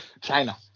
China